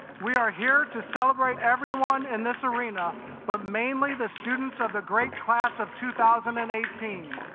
we are here to celebrate everyone in this arena but mainly the students of the great class of two thousand and eighteen.